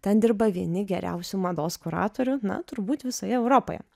ten dirba vieni geriausių mados kuratorių na turbūt visoje europoje